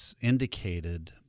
indicated